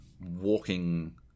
walking